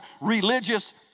religious